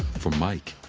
for mike,